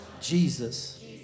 Jesus